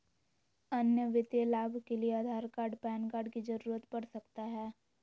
अन्य वित्तीय लाभ के लिए आधार कार्ड पैन कार्ड की जरूरत पड़ सकता है?